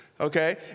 Okay